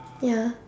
ya